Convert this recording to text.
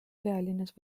pealinnas